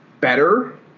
better